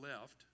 left